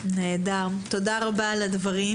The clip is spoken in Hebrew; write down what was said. תודה רבה על הדברים